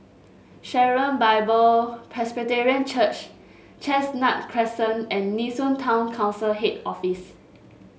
Sharon Bible Presbyterian Church Chestnut Crescent and Nee Soon Town Council Head Office